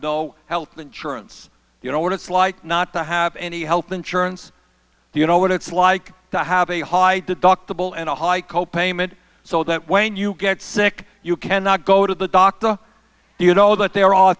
no health insurance you know what it's like not to have any health insurance you know what it's like to have a high deductible and a high co payment so that when you get sick you cannot go to the doctor you know that there are